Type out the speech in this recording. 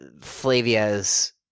Flavia's